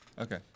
Okay